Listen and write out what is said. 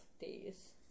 days